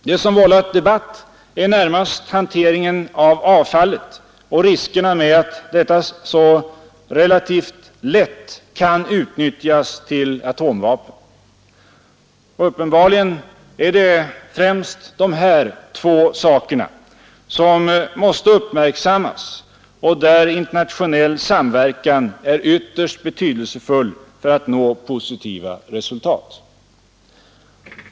Det som har vållat debatt är närmast hanteringen av avfallet och riskerna med att detta avfall så relativt lätt kan utnyttjas för tillverkning av atomvapen. Uppenbarligen är det främst dessa två saker som måste uppmärksammas, varvid en internationell samverkan är ytterst betydelsefull för att nå positiva resultat.